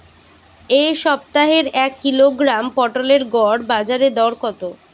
এ সপ্তাহের এক কিলোগ্রাম পটলের গড় বাজারে দর কত?